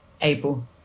able